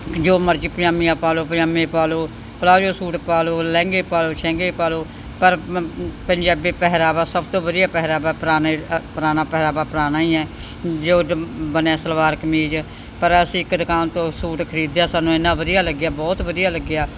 ਜੋ ਮਰਜ਼ੀ ਪਜਾਮੀਆਂ ਪਾ ਲਓ ਪਜਾਮੇ ਪਾ ਲਓ ਪਲਾਜੋ ਸੂਟ ਪਾ ਲਓ ਲਹਿੰਗੇ ਪਾ ਲਓ ਸ਼ਹਿੰਗੇ ਪਾ ਲਓ ਪਰ ਪੰਜਾਬੀ ਪਹਿਰਾਵਾ ਸਭ ਤੋਂ ਵਧੀਆ ਪਹਿਰਾਵਾ ਪੁਰਾਣੇ ਪੁਰਾਣਾ ਪਹਿਰਾਵਾ ਪੁਰਾਣਾ ਹੀ ਹੈ ਜੋ ਬਣਿਆ ਸਲਵਾਰ ਕਮੀਜ ਪਰ ਅਸੀਂ ਇੱਕ ਦੁਕਾਨ ਤੋਂ ਸੂਟ ਖਰੀਦਿਆ ਸਾਨੂੰ ਇੰਨਾ ਵਧੀਆ ਲੱਗਿਆ ਬਹੁਤ ਵਧੀਆ ਲੱਗਿਆ